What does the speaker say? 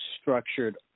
structured